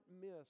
miss